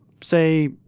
say